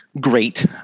great